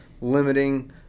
limiting